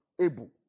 able